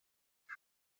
sie